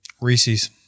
Reese's